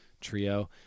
trio